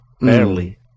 Barely